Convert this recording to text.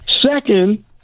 Second